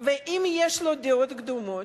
ואם יש לו דעות קדומות?